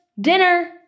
dinner